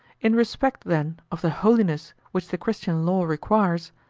in respect, then, of the holiness which the christian law requires,